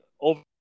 over